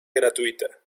gratuita